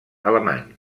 alemany